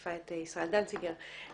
ומחליפה את ישראל דנציגר.